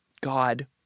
God